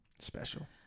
special